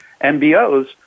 MBOs